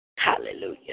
Hallelujah